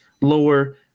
lower